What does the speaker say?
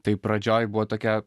tai pradžioj buvo tokia